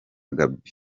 gaby